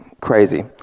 crazy